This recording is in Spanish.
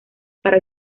para